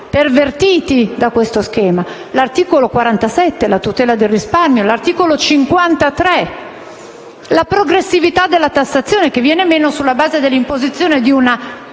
pervertiti da questo schema. Cito poi l'articolo 47 sulla tutela del risparmio, e l'articolo 53 sulla progressività della tassazione, che viene meno sulla base dell'imposizione di una